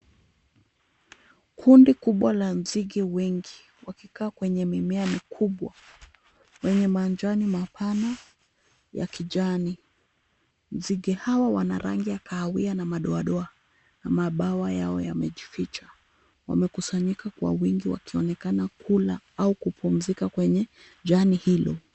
Kundi kubwa la nzige wengi wakikaa kwenye mimea mikubwa wenye majani mapana ya kijani. Nzige hawa wana rangi ya kahawia na madoadoa na mabawa yao yamejificha. Wamekusanyika kwa wingi wakionekana kula au kupumzika kwenye jani hilo.